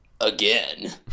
again